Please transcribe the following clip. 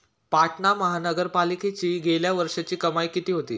पाटणा महानगरपालिकेची गेल्या वर्षीची कमाई किती होती?